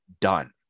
done